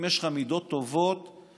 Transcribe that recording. כי אם יש לך מידות טובות בעולמנו,